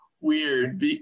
weird